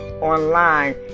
online